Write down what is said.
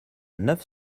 neuf